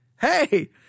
hey